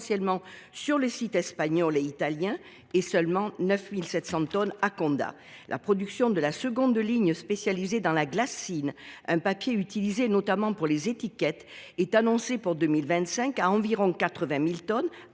essentiellement sur les sites espagnol et italien, et seulement 9 700 tonnes à Condat. La production de la seconde ligne, spécialisée dans la glassine, un papier utilisé notamment pour les étiquettes, est annoncée, pour 2025, à environ 80 000 tonnes,